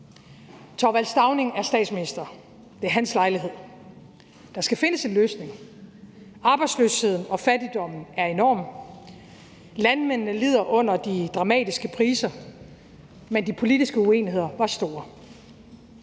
Thorvald Stauning er statsminister, det er hans lejlighed. Der skal findes en løsning. Arbejdsløsheden og fattigdommen er enorm, og landmændene lider under de dramatiske priser, men de politiske uenigheder var store.